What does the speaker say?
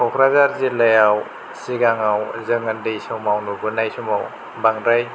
क'क्राझार जिल्लायाव सिगाङाव जों उन्दै समाव नुबोबाय समाव बांद्राय